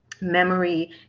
memory